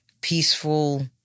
peaceful